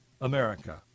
America